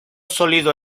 sólido